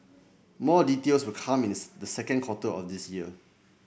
more details will come the second quarter of this year